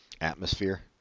atmosphere